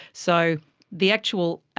so the actual